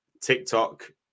TikTok